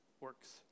works